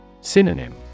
Synonym